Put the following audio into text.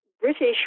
British